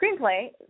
screenplay